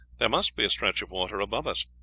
there must be a stretch of water above us.